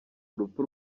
urupfu